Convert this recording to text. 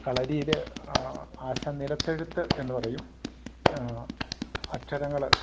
കളരിയിൽ ആശാന് നിലത്തെഴുത്ത് എന്നു പറയും അക്ഷരങ്ങൾ